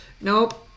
Nope